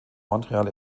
montreal